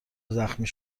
زخمی